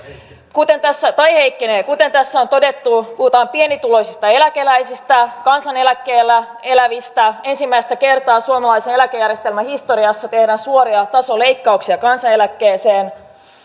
tai heikkenee kuten tässä on todettu puhutaan pienituloisista eläkeläisistä kansaneläkkeellä elävistä ensimmäistä kertaa suomalaisen eläkejärjestelmän historiassa tehdään suoria tasoleikkauksia kansaneläkkeeseen